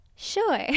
Sure